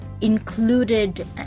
included